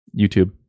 YouTube